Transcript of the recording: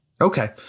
Okay